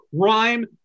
crime